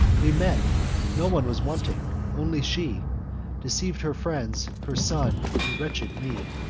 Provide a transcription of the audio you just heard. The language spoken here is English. we met not one was wanting only she deceiv'd her friends, her son, and wretched me.